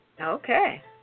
Okay